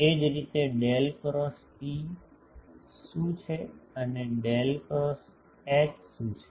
એ જ રીતે del cross E શું છે અને ડેલ ક્રોસ એચ શું છે